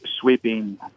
sweeping